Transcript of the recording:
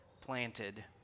planted